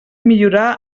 millorar